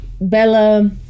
Bella